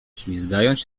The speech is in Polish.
ślizgając